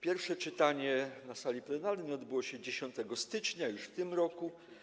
Pierwsze czytanie na sali plenarnej odbyło się 10 stycznia, już w tym roku.